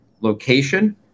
location